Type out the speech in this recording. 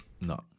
No